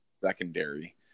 secondary